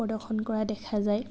প্ৰদৰ্শন কৰা দেখা যায়